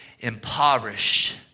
impoverished